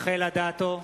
רחל אדטו,